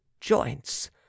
joints